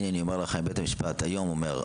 אם בית המשפט היום אומר,